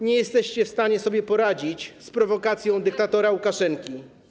Nie jesteście w stanie sobie poradzić z prowokacją dyktatora Łukaszenki.